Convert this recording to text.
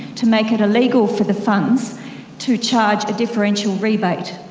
to make it illegal for the funds to charge a differential rebate,